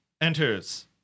Enters